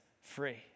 free